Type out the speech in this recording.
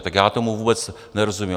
Tak já tomu vůbec nerozumím.